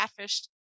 catfished